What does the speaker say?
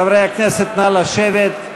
חברי הכנסת, נא לשבת.